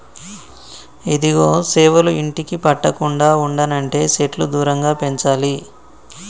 ఇదిగో సేవలు ఇంటికి పట్టకుండా ఉండనంటే సెట్లు దూరంగా పెంచాలి